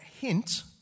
hint